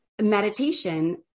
meditation